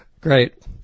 Great